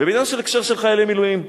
ובעניין של הקשר של חיילי מילואים: